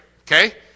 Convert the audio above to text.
Okay